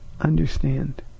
understand